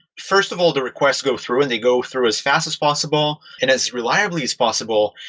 first of all, the request go through and they go through as fast as possible and as reliably as possible.